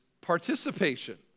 participation